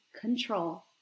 control